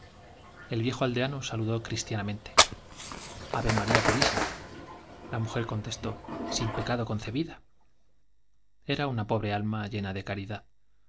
el viejo aldeano saludó cristianamente i a v e maría purísima la mujer contestó i sin pecado concebida era una pobre alma llena de caridad